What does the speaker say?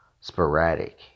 sporadic